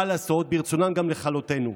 מה לעשות, ברצונם גם לכלותינו.